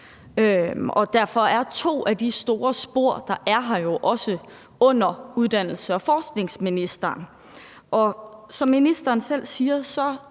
Derfor er to af de store spor, der er her, jo også under uddannelses- og forskningsministeren, og som ministeren selv siger,